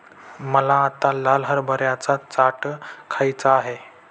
मला आत्ता लाल हरभऱ्याचा चाट खायचा आहे